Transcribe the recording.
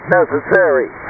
necessary